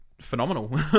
phenomenal